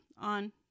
on